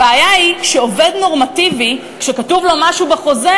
הבעיה היא שעובד נורמטיבי כשכתוב לו משהו בחוזה,